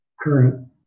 current